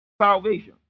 salvation